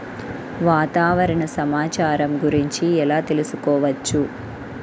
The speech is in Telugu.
వాతావరణ సమాచారం గురించి ఎలా తెలుసుకోవచ్చు?